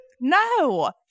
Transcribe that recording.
no